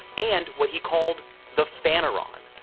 and what he called the phaneron,